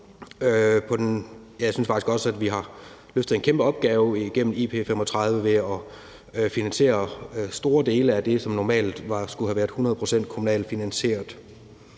Jeg synes faktisk også, at vi har løftet en kæmpe opgave igennem IP35 ved at finansiere store dele af det, som normalt skulle have været 100 pct. kommunalt finansieret.